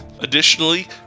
Additionally